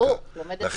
הפוך, לומדת ממך.